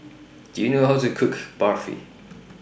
Do YOU know How to Cook Barfi